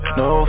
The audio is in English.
no